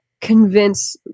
convince